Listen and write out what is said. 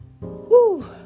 Woo